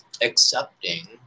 accepting